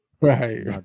right